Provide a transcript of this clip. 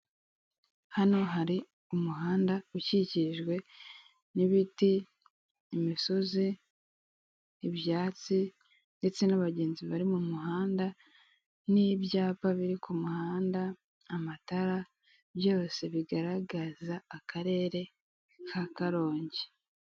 Hano hari umuhanda ukikijwe n'ibiti, imisozi, ibyatsi ndetse n'abagenzi bari mu muhanda n'ibyapa biri ku muhanda, amatara byose bigaragaza akarere ka Karongi.